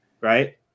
right